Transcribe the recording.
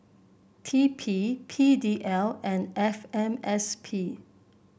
T P P D L and F M S P